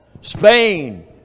Spain